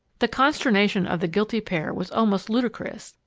the consternation of the guilty pair was almost ludicrous,